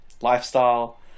lifestyle